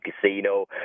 casino